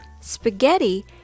Spaghetti